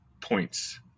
points